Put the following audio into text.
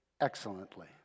excellently